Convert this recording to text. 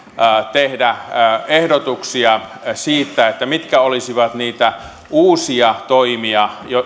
tehdä ehdotuksia siitä mitkä olisivat niitä uusia toimia